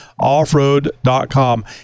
offroad.com